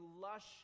lush